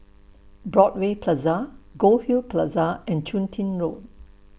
Broadway Plaza Goldhill Plaza and Chun Tin Road